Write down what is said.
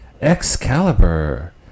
Excalibur